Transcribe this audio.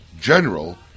General